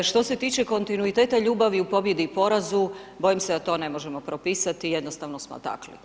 Što se tiče kontinuiteta ljubavi u pobjedi i porazu bojim se da to ne možemo propisati, jednostavno smo takvi.